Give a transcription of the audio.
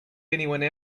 anyone